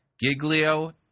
Giglio